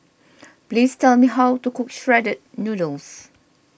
please tell me how to cook Shredded Noodles